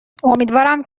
امیدوارم